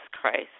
Christ